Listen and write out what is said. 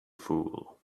fool